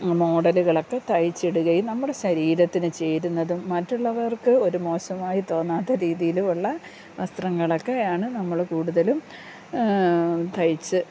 മോഡലുകളൊക്കെ തയ്ച്ചിടുകയും നമ്മുടെ ശരീരത്തിന് ചേരുന്നതും മറ്റുള്ളവർക്ക് ഒരു മോശമായി തോന്നാത്ത രീതിയിലള്ള വസ്ത്രങ്ങളക്കെയാണ് നമ്മൾ കൂടുതലും തയ്ച്ചു